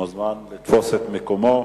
מוזמן לתפוס את מקומו.